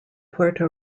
puerto